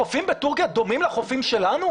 החופים בתורכיה דומים לחופים שלנו?